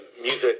music